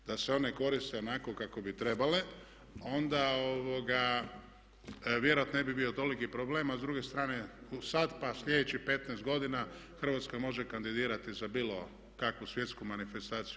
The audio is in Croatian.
Da se one koriste onako kako bi trebale onda vjerojatno je bi bio toliki problem a s druge strane sad pa sljedećih 15 godina Hrvatska može kandidirati za bilo kakvu svjetsku manifestaciju.